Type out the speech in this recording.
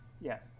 Yes